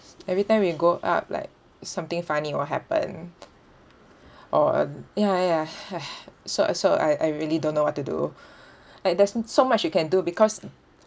every time we go up like something funny will happen or ya ya !huh! so so I I really don't know what to do like there's so much you can do because